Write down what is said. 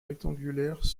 rectangulaires